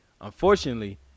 Unfortunately